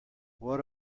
what